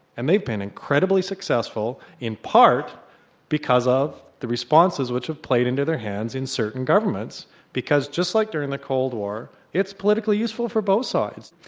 and they've been incredibly successful in part because of the responses which have played into their hands in certain governments because just like in the cold war it's politically useful for both sides.